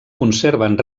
conserven